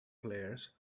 players